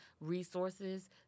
resources